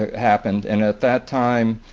happened and at that time,